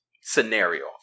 scenario